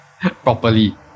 properly